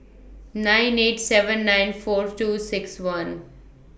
nine eight nine seven four two six one